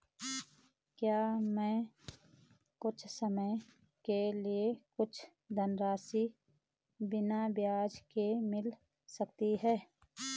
क्या हमें कुछ समय के लिए कुछ धनराशि बिना ब्याज के मिल सकती है?